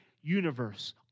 universe